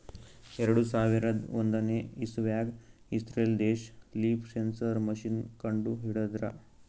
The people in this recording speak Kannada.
ಎರಡು ಸಾವಿರದ್ ಒಂದನೇ ಇಸವ್ಯಾಗ್ ಇಸ್ರೇಲ್ ದೇಶ್ ಲೀಫ್ ಸೆನ್ಸರ್ ಮಷೀನ್ ಕಂಡು ಹಿಡದ್ರ